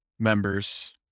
members